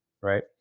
right